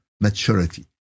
maturity